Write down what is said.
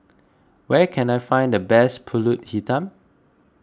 where can I find the best Pulut Hitam